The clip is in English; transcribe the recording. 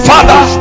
Father